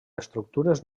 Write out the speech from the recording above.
estructures